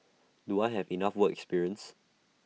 do I have enough work experience